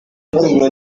icyo